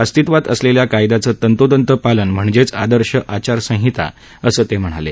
अस्तित्वात असलेल्या कायदयाचं तंतोतंत पालन म्हणजेच आदर्श आचारसंहिता असं ते म्हणाले